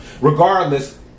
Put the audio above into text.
Regardless